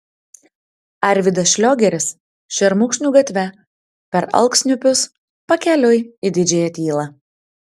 arvydas šliogeris šermukšnių gatve per alksniupius pakeliui į didžiąją tylą